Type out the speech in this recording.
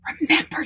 Remember